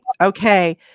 Okay